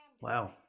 Wow